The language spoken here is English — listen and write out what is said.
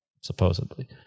supposedly